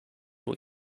were